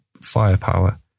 firepower